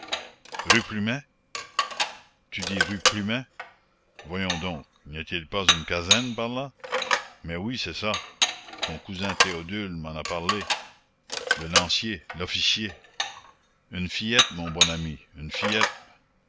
plumet tu dis rue plumet voyons donc n'y a-t-il pas une caserne par là mais oui c'est ça ton cousin théodule m'en a parlé le lancier l'officier une fillette mon bon ami une fillette